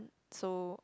so